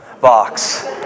box